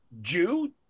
Jew